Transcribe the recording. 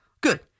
good